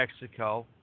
Mexico